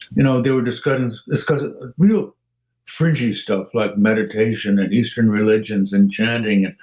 you know they were discussing discussing real fringy stuff like meditation, and eastern religions, and chanting,